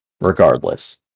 regardless